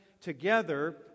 together